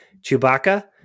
Chewbacca